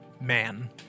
man